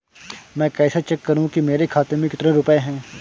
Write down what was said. मैं कैसे चेक करूं कि मेरे खाते में कितने रुपए हैं?